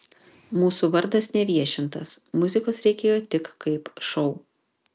mūsų vardas neviešintas muzikos reikėjo tik kaip šou